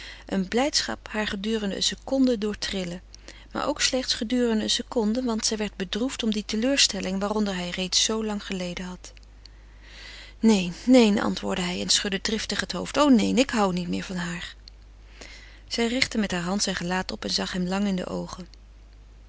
een blijdschap haar gedurende een seconde doortrillen maar ook slechts gedurende een seconde want zij werd bedroefd om die teleurstelling waaronder hij reeds zoo lang geleden had neen neen antwoordde hij en hij schudde driftig het hoofd o neen ik hou niet meer van haar zij richtte met heure hand zijn gelaat op en zag hem lang in de oogen